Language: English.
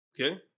Okay